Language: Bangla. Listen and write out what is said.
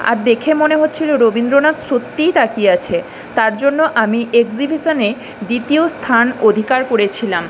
আর দেখে মনে হচ্ছিল রবীন্দ্রনাথ সত্যিই তাকিয়ে আছে তার জন্য আমি এগজিবিশনে দ্বিতীয় স্থান অধিকার করেছিলাম